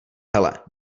hele